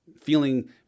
feeling